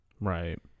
Right